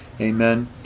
Amen